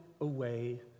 away